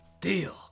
Deal